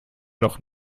noch